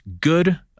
good